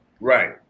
Right